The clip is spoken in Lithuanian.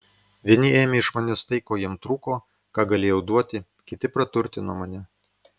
vieni ėmė iš manęs tai ko jiems trūko ką galėjau duoti kiti praturtino mane